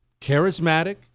charismatic